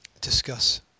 discuss